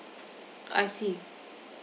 I see